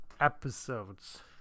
episodes